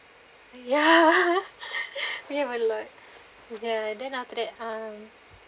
ya we have a lot ya then after that um